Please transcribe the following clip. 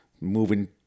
Moving